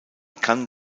kann